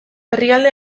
herrialde